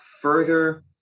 further